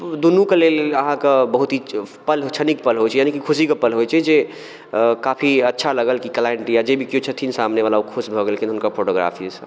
दुनू कऽ लेल अहाँकऽ बहुत ई पल क्षणिक पल होयत छै यानी कि खुशी कऽ पल होयत छै जे काफी अच्छा लागल कि क्लाइंट या जे भी केओ छथिन सामने बला ओ खुश भऽ गेलखिन हुनकर फोटोग्राफीसँ ऽ